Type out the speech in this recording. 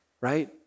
right